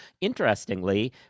interestingly